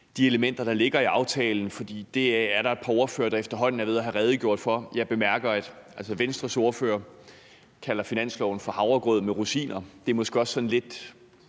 de elementer, der ligger i aftalen. For det er der jo efterhånden et par ordførere der har redegjort for, og jeg bemærker, at Venstres ordfører kalder finansloven for havregrød med rosiner. Det viser mig måske også meget godt,